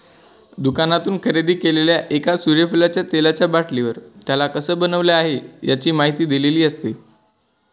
दुकानातून खरेदी केलेल्या एका सूर्यफुलाच्या तेलाचा बाटलीवर, त्याला कसं बनवलं आहे, याची माहिती दिलेली असते